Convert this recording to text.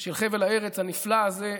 של חבל הארץ הנפלא הזה,